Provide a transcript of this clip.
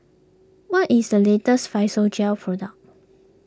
what is the latest Physiogel product